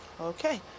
Okay